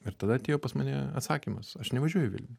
ir tada atėjo pas mane atsakymas aš nevažiuoju į vilnių